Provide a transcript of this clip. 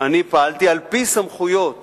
אני פעלתי על-פי סמכויות